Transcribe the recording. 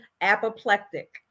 apoplectic